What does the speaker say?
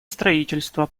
строительство